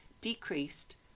decreased